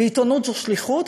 ועיתונות זאת שליחות,